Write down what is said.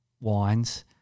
Wines